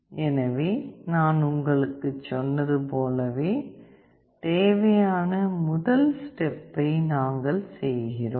எனவே நான் உங்களுக்குச் சொன்னது போலவே தேவையான முதல் ஸ்டெப்பை நாங்கள் செய்கிறோம்